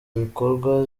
bikorwa